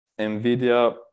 nvidia